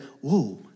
whoa